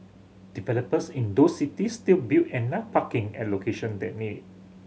developers in those cities still build enough parking at location that need